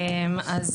אני